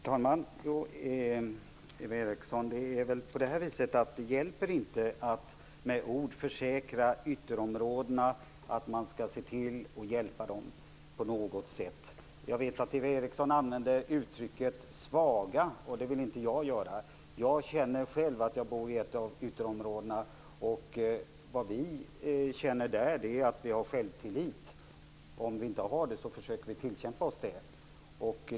Herr talman! Det hjälper inte, Eva Eriksson, att med ord försäkra ytterområdena att man skall se till att hjälpa dem på något sätt. Jag vet att Eva Eriksson använde uttrycket "svaga". Det vill inte jag göra. Jag bor själv i ett av ytterområdena, och vad vi känner där är att vi har självtillit. Om vi inte har det, försöker vi tillkämpa oss det.